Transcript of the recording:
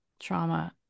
trauma